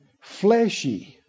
Fleshy